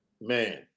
Man